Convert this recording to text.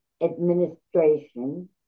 administration